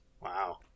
wow